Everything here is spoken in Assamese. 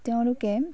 তেওঁলোকে